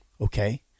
Okay